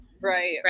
Right